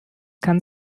kann